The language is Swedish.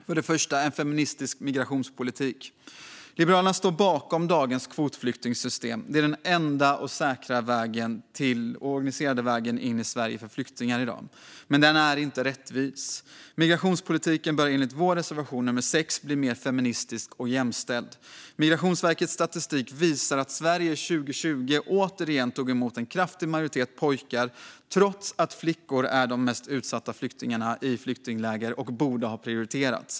Den första handlar om en feministisk migrationspolitik. Liberalerna står bakom dagens kvotflyktingsystem. Det är i dag den enda säkra och organiserade vägen in i Sverige för flyktingar. Men den är inte rättvis. Migrationspolitiken bör enligt Liberalernas reservation 6 bli mer feministisk och jämställd. Migrationsverkets statistik visar att Sverige 2020 återigen tog emot en kraftig majoritet pojkar trots att flickor är de mest utsatta flyktingarna i flyktingläger och borde ha prioriterats.